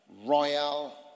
royal